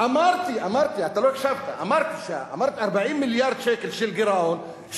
אמרתי, 40 מיליארד שקל של גירעון.